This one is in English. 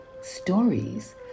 stories